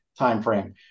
timeframe